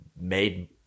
made